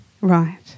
Right